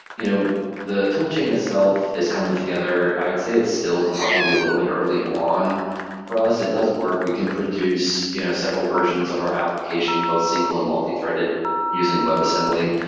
you know the tool chain itself is coming together. i would say it's still probably a little bit early on for us. it does work. we can produce you know several versions of our application, both single and multi-threaded using webassembly.